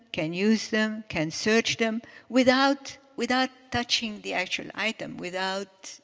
can use them, can search them without without touching the actual item, without,